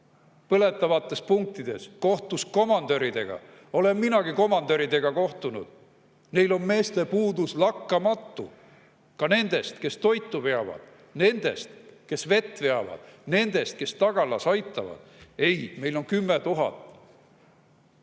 põletavates punktides, kohtus komandöridega. Olen minagi komandöridega kohtunud. Neil on meeste puudus lakkamatu – puudu on ka nendest, kes toitu veavad, nendest, kes vett veavad, nendest, kes tagalas aitavad. Ei, meil on 10 000